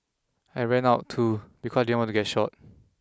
I ran out too because I didn't want to get shot